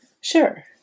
Sure